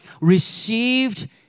received